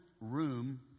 room